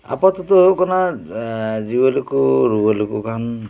ᱟᱯᱟᱛᱚᱛᱚ ᱦᱩᱭᱩᱜ ᱠᱟᱱᱟ ᱡᱤᱣᱭᱟᱹᱞᱤ ᱠᱚ ᱨᱩᱭᱟᱹ ᱞᱮᱠᱚ ᱠᱷᱟᱱ